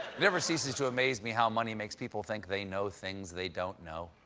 never ceases to amaze me how money makes people think they know things they don't know.